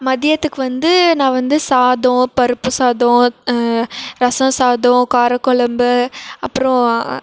மதியத்துக்கு வந்து நான் வந்து சாதம் பருப்பு சாதம் ரசம் சாதம் கார கொழம்பு அப்புறம்